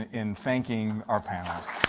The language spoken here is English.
in thinking our panelists.